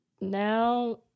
Now